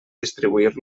distribuir